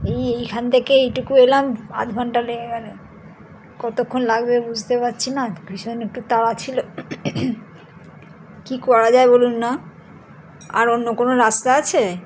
এই এইখান থেকে এইটুকু এলাম আধ ঘন্টা লেগে গেলো কতোক্ষণ লাগবে বুঝতেও পারছি না ভীষণ একটু তাড়া ছিলো কী করা যায় বলুন না আর অন্য কোনো রাস্তা আছে